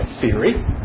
theory